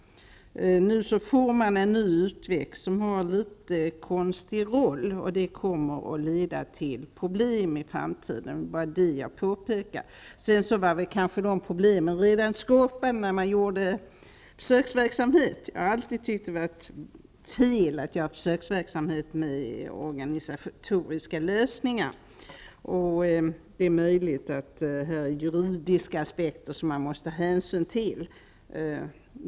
Nu får man en ny utväxt, som har en konstig roll. Det kommer att leda till problem i framtiden. Det var det jag påpekade. De problemen var kanske i och för sig redan skapade när man inledde försöksverksamheten. Jag har alltid tyckt att det har varit fel att ha försöksverksamhet med organisatoriska lösningar. Det är möjligt att det här finns juridiska aspekter som man måste ta hänsyn till.